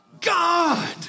God